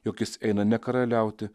jog jis eina ne karaliauti